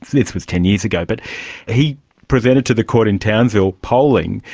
this was ten years ago, but he presented to the court in townsville polling,